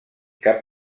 cap